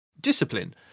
discipline